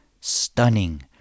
Stunning